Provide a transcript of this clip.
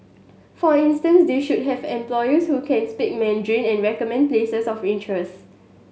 for instance they should have employees who can speak Mandarin and recommend places of interest